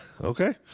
Okay